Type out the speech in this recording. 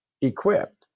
equipped